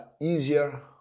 easier